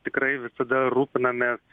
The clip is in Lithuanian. tikrai visada rūpinamės